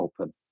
open